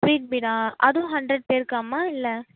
sweet beeda அதுவும் hundred பேருக்காம்மா இல்லை